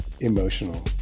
emotional